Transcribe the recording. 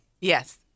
Yes